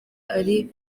ari